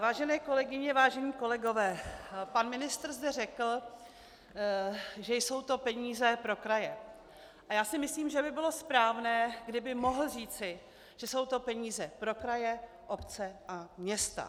Vážené kolegyně, vážení kolegové, pan ministr zde řekl, že jsou to peníze pro kraje, a já si myslím, že by bylo správné, kdyby mohl říci, že jsou to peníze pro kraje, obce a města.